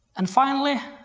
and finally,